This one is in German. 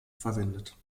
verwendet